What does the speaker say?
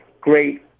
great